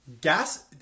Gas